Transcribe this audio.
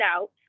out